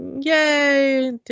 yay